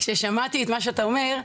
כששמעתי את מה שאתה אומר,